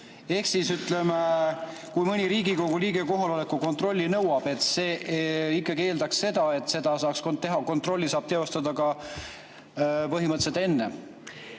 Ehk siis ütleme, kui mõni Riigikogu liige kohaloleku kontrolli nõuab, siis see ikkagi eeldaks seda, et kontrolli saab teostada põhimõtteliselt ka enne.